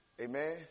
Amen